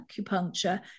acupuncture